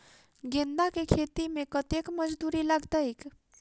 गेंदा केँ खेती मे कतेक मजदूरी लगतैक?